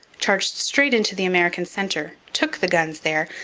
charged straight into the american centre, took the guns there,